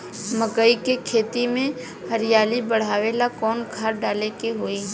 मकई के खेती में हरियाली बढ़ावेला कवन खाद डाले के होई?